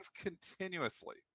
continuously